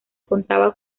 contaba